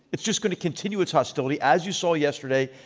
it's just going to continue its hostility as you saw yesterday.